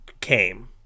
came